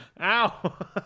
Ow